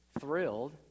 thrilled